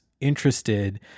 interested